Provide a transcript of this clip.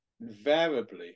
invariably